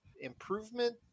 improvement